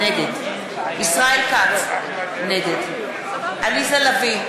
נגד ישראל כץ, נגד עליזה לביא,